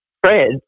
Fred